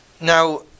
Now